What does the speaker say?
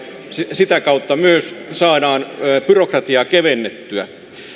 sitä kautta saadaan myös byrokratiaa kevennettyä